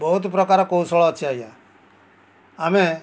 ବହୁତ ପ୍ରକାର କୌଶଳ ଅଛି ଆଜ୍ଞା ଆମେ